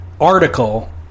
article